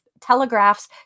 telegraphs